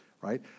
right